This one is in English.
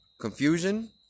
confusion